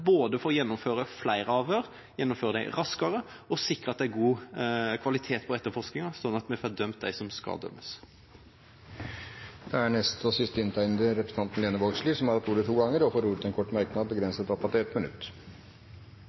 å gjennomføre flere avhør, gjennomføre dem raskere og sikre at det er god kvalitet på etterforskninga, slik at vi får dømt dem som skal dømmes. Representanten Lene Vågslid har hatt ordet to ganger tidligere og får ordet til en kort merknad, begrenset til 1 minutt.